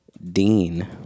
Dean